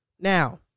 Now